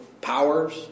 powers